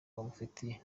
bamufitiye